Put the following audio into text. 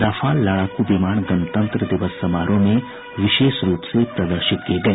Rafale लड़ाकू विमान गणतंत्र दिवस समारोह में विशेष रूप से प्रदर्शित किए गए